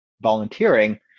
volunteering